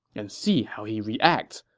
and see how he reacts,